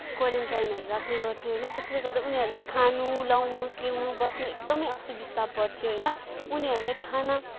क्वारिन्टाइनहरू राख्ने गर्थ्यो होइन त्यसैले गर्दा उनीहरूलाई खान लाउन पिउन बस्न एकदमै असुबिस्ता पर्थ्यो होइन उनीहरूलाई खान